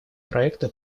проекта